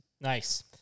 Nice